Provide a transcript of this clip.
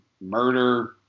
murder